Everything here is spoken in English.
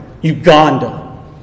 Uganda